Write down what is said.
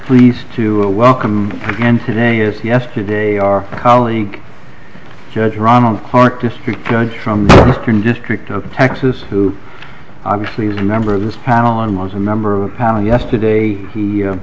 pleased to welcome and today is yesterday our colleague judge ronald park district judge from the eastern district of texas who obviously is a member of this panel and was a member of panel yesterday he